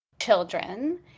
children